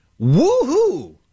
Woohoo